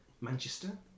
Manchester